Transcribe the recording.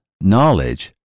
knowledge